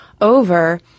over